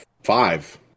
Five